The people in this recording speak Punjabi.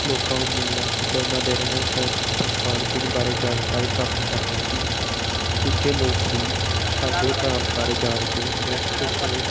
ਲੋਕਾਂ ਨੂੰ ਮਿਲਣਾ ਅਤੇ ਉਹਨਾਂ ਦੇ ਰਹਿਣ ਸਹਿਣ ਅਤੇ ਖਾਣ ਪੀਣ ਬਾਰੇ ਜਾਣਕਾਰੀ ਪ੍ਰਾਪਤ ਕਰਨਾ ਸੀ ਦੂਜੇ ਲੋਕ ਵੀ ਸਾਡੇ ਪ੍ਰਾਂਤ ਬਾਰੇ ਜਾਣ ਕੇ ਬਹੁਤ ਖੁਸ਼ ਹੋਏ